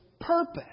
purpose